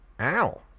Ow